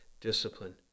discipline